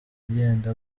agenda